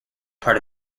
part